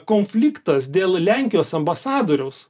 konfliktas dėl lenkijos ambasadoriaus